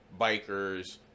bikers